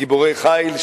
גיבורי חיל,